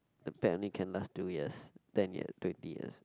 the pet only can last two years then you have twenty years